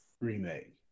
remake